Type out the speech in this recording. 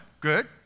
Good